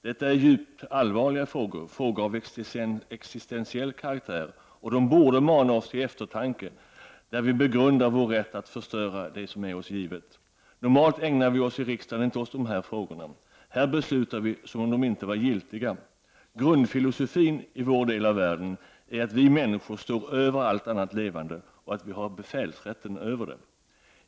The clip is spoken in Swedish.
Detta är djupt allvarliga frågor, frågor av existensiell karaktär, och de borde mana oss till eftertanke där vi begrundar vår rätt att förstöra det som är oss givet. Normalt ägnar vi oss i riksdagen inte oss åt dessa frågor. Här beslutar vi som om de inte är giltiga. Grundfilosofin i vår del av världen är att vi människor står över allt annat levande och att vi har befälsrätten över det.